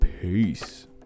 Peace